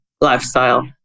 lifestyle